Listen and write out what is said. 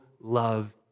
love